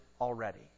already